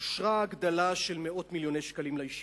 אושרה ההגדלה של מאות מיליוני שקלים לישיבות.